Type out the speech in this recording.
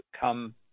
come